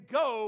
go